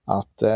att